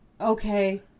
okay